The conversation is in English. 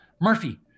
Murphy